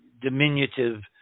diminutive